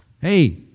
Hey